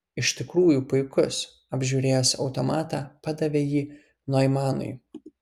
iš tikrųjų puikus apžiūrėjęs automatą padavė jį noimanui